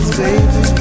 baby